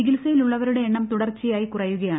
ചികിത്സയിലുള്ളവരുടെ എണ്ണം തുടർച്ചയായി കുറയുകയാണ്